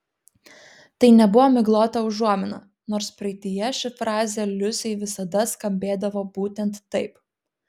tai nebuvo miglota užuomina nors praeityje ši frazė liusei visada skambėdavo būtent taip